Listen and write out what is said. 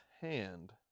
hand